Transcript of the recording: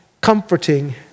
Comforting